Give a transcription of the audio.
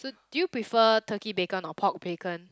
do you prefer Turkey bacon or pork bacon